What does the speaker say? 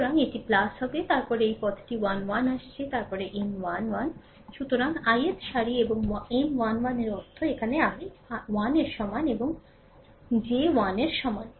সুতরাং এটি হবে তারপরে এই পদটি 1 1 আসছে তার পরে M1 1 সুতরাং ith সারি এবং M1 1 এর অর্থ এখানে আমি 1 এর সমান এবং জে 1 এর সমান